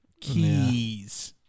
Keys